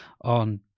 on